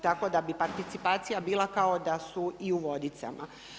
Tako da bi participacija bila kao da su i u Vodicama.